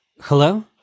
Hello